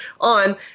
on